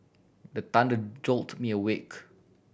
the thunder jolt me awake